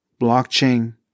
blockchain